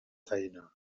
feina